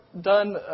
done